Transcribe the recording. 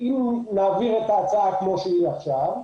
אם נעביר את ההצעה כמו שהיא עכשיו,